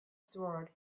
sword